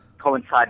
coincide